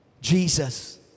Jesus